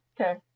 Okay